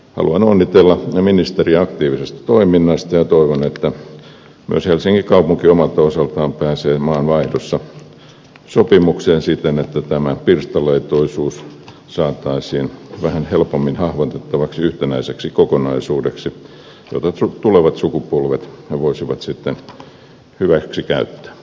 haluan onnitella ministeriä aktiivisesta toiminnasta ja toivon että myös helsingin kaupunki omalta osaltaan pääsee maanvaihdossa sopimukseen siten että tämä pirstaloituneisuus saataisiin vähän helpommin hahmotettavaksi yhtenäiseksi kokonaisuudeksi jota tulevat sukupolvet voisivat sitten käyttää hyväksi